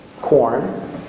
corn